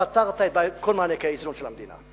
פתרת את כל מענקי האיזון של המדינה.